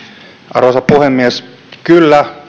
arvoisa puhemies kyllä